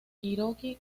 hiroki